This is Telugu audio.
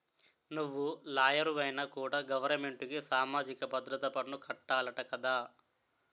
నువ్వు లాయరువైనా కూడా గవరమెంటుకి సామాజిక భద్రత పన్ను కట్టాలట కదా